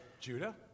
Judah